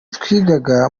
twigaga